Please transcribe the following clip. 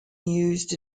used